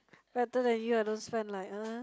better than you I don't spend like